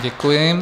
Děkuji.